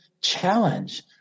challenge